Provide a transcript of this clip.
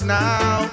now